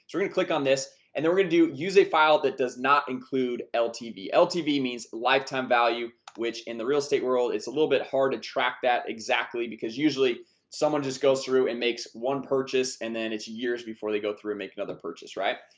and click on this and then we're gonna do use a file that does not include ltv ltv means lifetime value which in the real estate world it's a little bit hard to track that exactly because usually someone just goes through and makes one purchase and then it's years before they go through make another purchase, right?